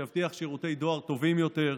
שיבטיח שירותי דואר טובים יותר.